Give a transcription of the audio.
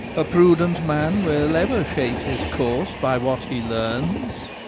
a prudent man will ever shape his course by what he learns.